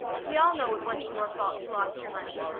we all know it wasn't your fault you lost your money,